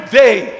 day